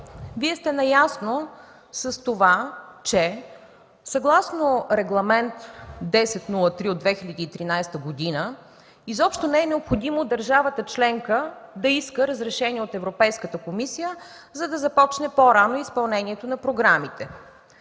Вие сте наясно с това, че съгласно Регламент 1003 от 2013 г. изобщо не е необходимо държавата членка да иска разрешение от Европейската комисия, за да започне по-рано изпълнението на програмите.